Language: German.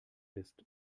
ist